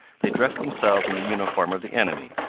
they dressed themselves in the uniform of the enemy,